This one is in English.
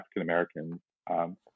African-Americans